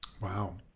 Wow